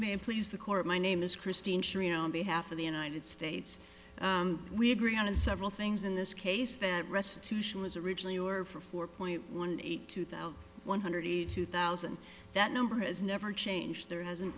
it please the court my name is christine behalf of the united states we agree on several things in this case that restitution was originally or for four point one eight two thousand one hundred eighty two thousand that number has never changed there hasn't